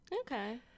okay